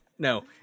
No